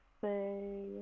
say